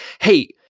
hey